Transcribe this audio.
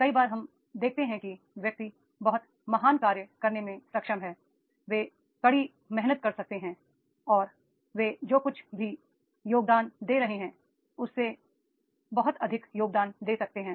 कई बार हम देखते हैं कि व्यक्ति बहुत महान कार्य करने में सक्षम हैं वे कड़ी मेहनत कर सकते हैं और वे जो कुछ भी योगदान दे रहे हैं उससे भी अधिक योगदान दे सकते हैं